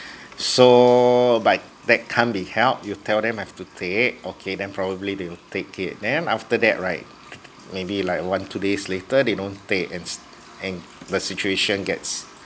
so but that can't be helped you tell them have to take okay then probably they will take it then after that right maybe like one two days later they don't take and s~ and the situation gets